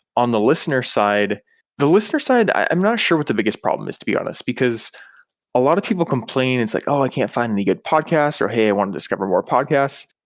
on the listener side the listener side, i'm not sure what the biggest problem is, to be honest, because a lot of people complain and it's like, oh, i can't find any good podcast, or hey, i want to discover more podcast.